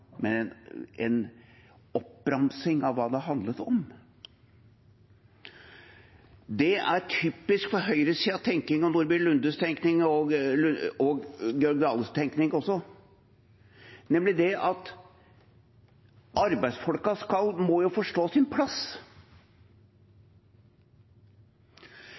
men en oppramsing av hva det har handlet om. Dette er typisk for høyresidens, Nordby Lundes og Jon Georg Dales tenkning: Arbeidsfolkene må jo forstå sin plass. Sannheten er nemlig den at